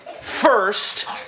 first